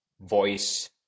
voice